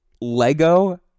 Lego